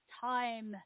time